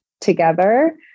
Together